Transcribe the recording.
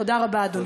תודה רבה, אדוני.